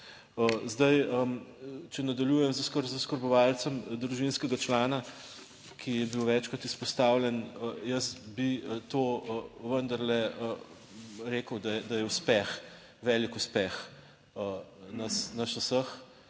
Zdaj. Če nadaljujem z oskrbovancem družinskega člana, ki je bil večkrat izpostavljen. Jaz bi to vendarle rekel da je uspeh, velik uspeh na nas vseh